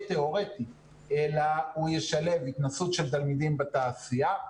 תיאורטי אלא הוא ישלב התנסות של תלמידים בתעשייה.